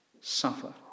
suffer